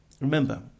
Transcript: Remember